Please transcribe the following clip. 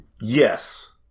Yes